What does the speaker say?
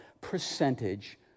percentage